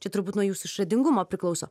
čia turbūt nuo jūsų išradingumo priklauso